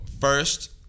first